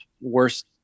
worst